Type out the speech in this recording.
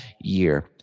year